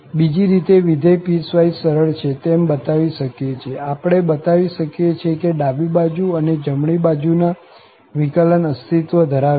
બીજી રીતે વિધેય પીસવાઈસ સરળ છે તેમ બતાવી શકીએ છીએ આપણે બતાવી શકીએ છીએ કે ડાબી બાજુ અને જમણી બાજુ ના વિકલન અસ્તિત્વ ધરાવે છે